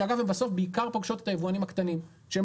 שאגב הן בסוף בעיקר פוגשות את היבואנים הקטנים שהם